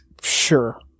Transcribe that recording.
Sure